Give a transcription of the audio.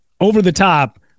over-the-top